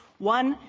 one,